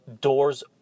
doors